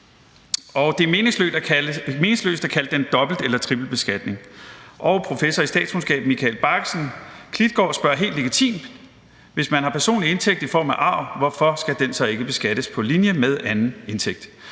det er meningsløst at kalde den dobbelt- eller trippelbeskatning.« Professor i statskundskab Michael Baggesen Klitgaard spørger helt legitimt: »Hvis man har personlig indtægt i form af arv, hvorfor skal den så ikke beskattes på linje med anden indtægt?«